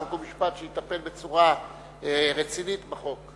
חוק ומשפט שיטפל בצורה רצינית בחוק.